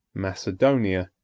macedonia,